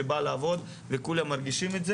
שבאה לעבוד וכולם מרגישים את זה,